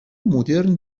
مدرن